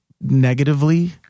negatively